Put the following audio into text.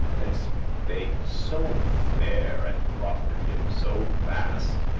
and spake so fair, and proffer'd him so fast,